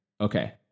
Okay